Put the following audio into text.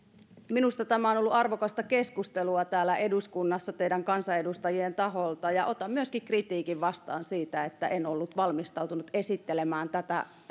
minusta tämä on ollut arvokasta keskustelua täällä eduskunnassa teidän kansanedustajien taholta otan myöskin kritiikin vastaan siitä että en ollut valmistautunut esittelemään tätä